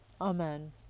Amen